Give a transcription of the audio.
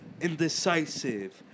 indecisive